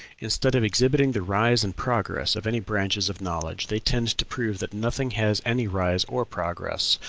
instead of exhibiting the rise and progress of any branches of knowledge, they tend to prove that nothing had any rise or progress,